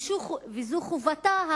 וזו חובתה,